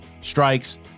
strikes